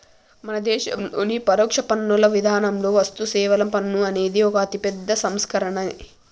మన దేశంలోని పరోక్ష పన్నుల విధానంలో వస్తుసేవల పన్ను అనేది ఒక అతిపెద్ద సంస్కరనే